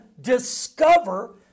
discover